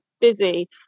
busy